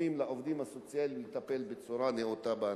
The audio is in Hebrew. שלעובדים הסוציאליים לא יהיו מחסומים לטפל בצורה נאותה באנשים.